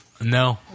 No